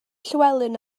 llywelyn